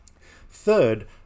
Third